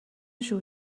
шүү